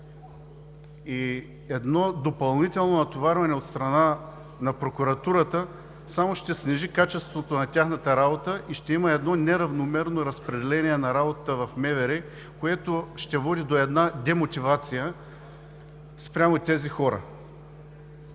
и едно допълнително натоварване от страна на прокуратурата само ще снижи качеството на тяхната работа и ще има едно неравномерно разпределение на работата в МВР, което ще води до демотивация спрямо тези хора.